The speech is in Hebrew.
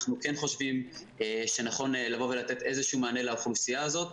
אנחנו כן חושבים שנכון לבוא ולתת איזשהו מענה לאוכלוסייה הזאת,